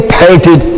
painted